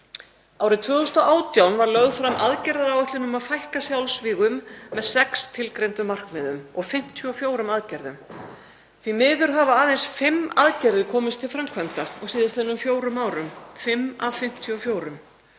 Árið 2018 var lögð fram aðgerðaáætlun um að fækka sjálfsvígum með sex tilgreindum markmiðum og 54 aðgerðum. Því miður hafa aðeins fimm aðgerðir komist til framkvæmda á síðastliðnum fjórum árum, fimm af 54.